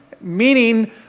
meaning